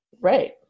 Right